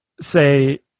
say